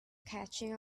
catching